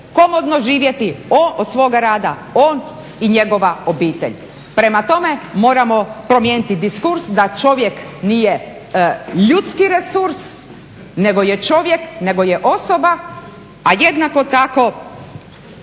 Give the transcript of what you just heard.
komotno živjeti od svoga rada on i njegova obitelj. Prema tome, moramo promijeniti diskurs da čovjek nije ljudski resurs, nego je čovjek, nego je osoba, a jednako tako